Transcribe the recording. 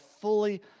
fully